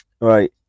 Right